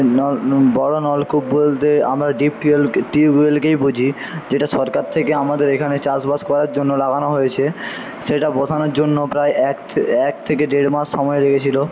নল বড়ো নলকূপ বলতে আমরা ডিপ টিউব টিউবওয়েলকেই বুঝি যেটা সরকার থেকে আমাদের এখানে চাষবাস করার জন্য লাগানো হয়েছে সেটা বসানোর জন্য প্রায় এক এক থেকে দেড় মাস সময় লেগেছিল